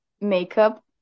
makeup